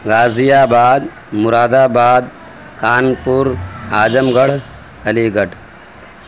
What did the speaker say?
غازی آباد Moradabad Kanpur Azamgarh علی گڑھ